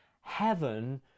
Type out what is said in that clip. heaven